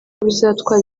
bizatwara